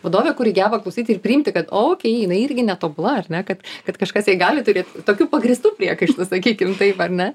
vadovė kuri geba klausyti ir priimti kad o jinai irgi netobula ar ne kad kad kažkas jai gali turėt tokių pagrįstų priekaištų sakykim taip ar ne